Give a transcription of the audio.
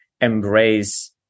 embrace